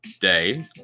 day